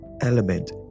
element